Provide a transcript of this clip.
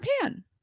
pan